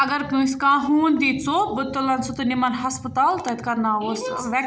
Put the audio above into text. اَگر کٲنٛسہِ کانٛہہ ہوٗن دی ژۆپ بہٕ تُلَن سُہ تہٕ نِمَن ہَسپَتال تَتہِ کَرناووس وٮ۪ک